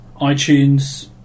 iTunes